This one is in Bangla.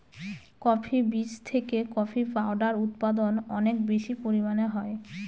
কফি বীজ থেকে কফি পাউডার উৎপাদন অনেক বেশি পরিমানে হয়